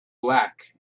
black